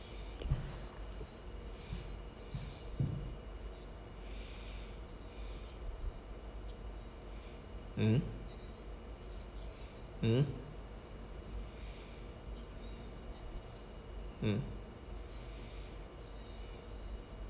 mm mm mm